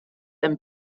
and